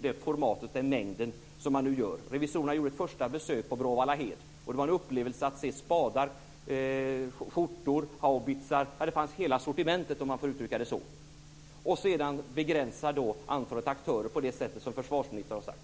det formatet, av den mängd, som man nu gör. Revisorerna gjorde ett första besök på Bråvallahed. Det var en upplevelse att se spadar, skjortor, haubitsar - ja, där fanns hela sortimentet, om man får uttrycka det så. Sedan ska man begränsa antalet aktörer på det sätt som försvarsministern har sagt.